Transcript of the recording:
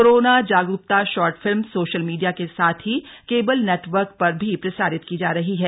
corona जागरूकता short film social media के साथ ही केबल नेटवर्क पर भी प्रसारित की जा रही है